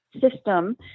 system